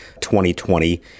2020